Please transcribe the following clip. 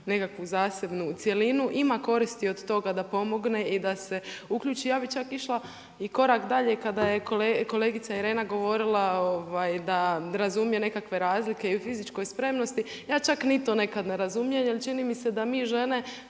nekakvu zasebnu cjelinu ima koristi od toga da pomogne i da se uključi. Ja bi čak išla i korak dalje i kada je kolegica Irena govorila da razumije nekakve razlike i u fizičkoj spremnosti, ja čak ni to nekad ne razumijem, jer čini mi se da mi žene